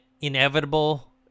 inevitable